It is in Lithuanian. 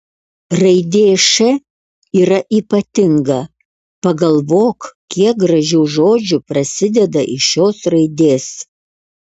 raidė š yra ypatinga pagalvok kiek gražių žodžių prasideda iš šios raidės